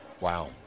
Wow